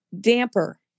damper